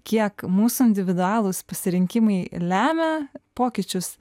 kiek mūsų individualūs pasirinkimai lemia pokyčius